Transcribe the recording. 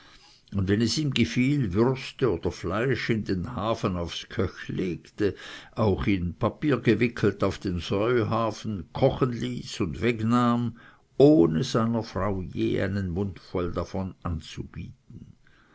und wenn es ihm gefiel würste oder fleisch in den hafen auf's g'chöch legte auch in papier gewickelt auf den säuhafen kochen ließ und wegnahm ohne seiner frau je einen mundvoll davon anzubieten